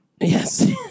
Yes